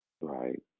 Right